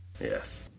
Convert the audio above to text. Yes